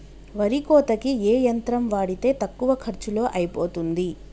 వరి కోతకి ఏ యంత్రం వాడితే తక్కువ ఖర్చులో అయిపోతుంది?